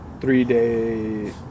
three-day